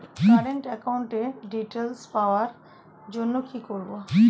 Current একাউন্টের details পাওয়ার জন্য কি করব?